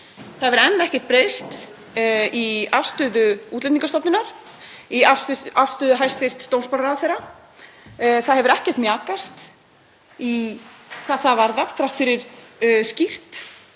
Það hefur enn ekkert breyst í afstöðu Útlendingastofnunar, í afstöðu hæstv. dómsmálaráðherra. Það hefur ekkert mjakast hvað það varðar þrátt fyrir skýrt